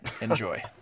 Enjoy